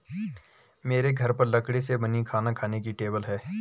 मेरे घर पर लकड़ी से बनी खाना खाने की टेबल है